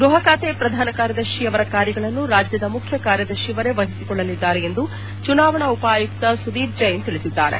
ಗ್ವಹ ಖಾತೆ ಪ್ರಧಾನ ಕಾರ್ಯದರ್ಶಿ ಅವರ ಕಾರ್ಯಗಳನ್ನು ರಾಜ್ಯದ ಮುಖ್ಯ ಕಾರ್ಯದರ್ಶಿಯವರೇ ವಹಿಸಿಕೊಳ್ಳಲಿದ್ದಾರೆ ಎಂದು ಚುನಾವಣಾ ಉಪ ಆಯುಕ್ತ ಸುದೀಪ್ ಜೈನ್ ತಿಳಿಸಿದ್ದಾರೆ